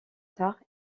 tard